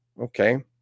okay